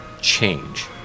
change